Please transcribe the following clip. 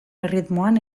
erritmoan